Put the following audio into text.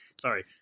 Sorry